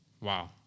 Wow